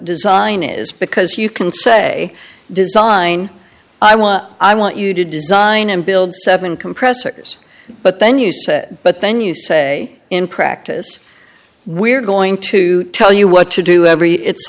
design is because you can say design i want i want you to design and build seven compressors but then you say but then you say in practice we're going to tell you what to do every it's